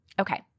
Okay